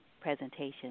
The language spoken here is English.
Presentation